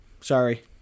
Sorry